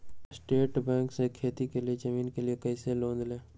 State bank से खेती की जमीन के लिए कैसे लोन ले?